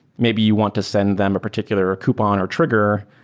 maybe you want to send them a particular coupon or trigger.